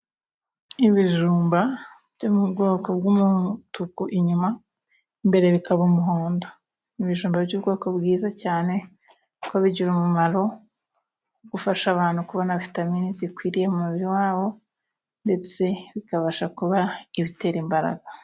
Ibijumba byo mu bwoko bw'umutuku inyuma imbere bikaba umuhondo. Ibijumba by'ubwoko bwiza cyane ko bigira umumaro gufasha abantu kubona vitami zikwiriye umubiri wabo ndetse bikabasha kuba ibitera imbaraga.